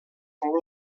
fou